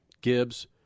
Gibbs